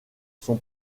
son